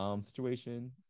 situation